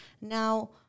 Now